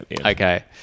Okay